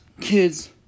kids